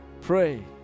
pray